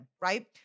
right